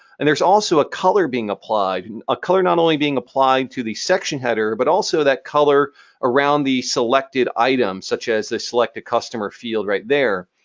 and there's also a color being applied, and a color not only being applied to the section header but also that color around the selected items such as the selected customer field right there.